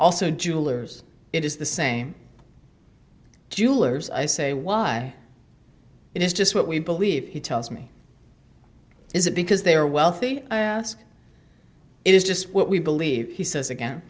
also jewellers it is the same jewellers i say why it is just what we believe he tells me is it because they are wealthy i ask it is just what we believe he says again